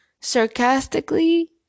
sarcastically